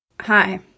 Hi